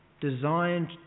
designed